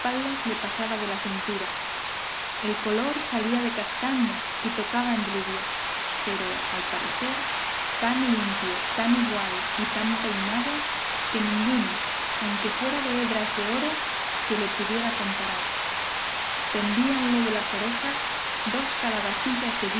le pasaba de la cintura el color salía de castaño y tocaba en rubio pero al parecer tan limpio tan igual y tan peinado que ninguno aunque fuera de hebras de oro se le pudiera comparar pendíanle de las orejas dos calabacillas de